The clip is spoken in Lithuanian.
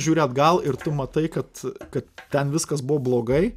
žiūri atgal ir tu matai kad kad ten viskas buvo blogai